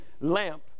lamp